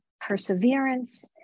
perseverance